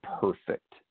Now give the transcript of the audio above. perfect